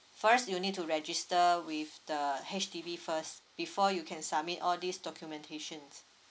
first you need to register with the H_D_B first before you can submit all these documentations